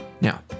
Now